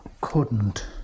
Couldn't